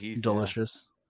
delicious